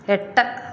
എട്ട്